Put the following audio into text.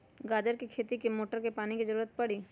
गाजर के खेती में का मोटर के पानी के ज़रूरत परी?